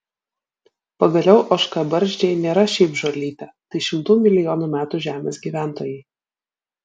pagaliau ožkabarzdžiai nėra šiaip žolytė tai šimtų milijonų metų žemės gyventojai